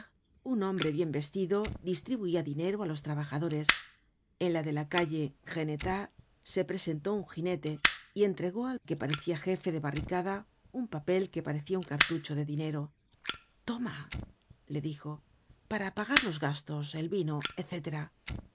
un hombre bien vestido distribuia dinero á los trabajadores en la de la calle grenetat se presentó un ginete y entregó al que parecia jefe de barricada un papel que parecia un cartucho de dinero toma le dijo para pagar los gastos el vino